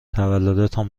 تولدتان